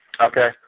Okay